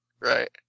Right